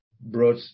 brought